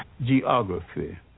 geography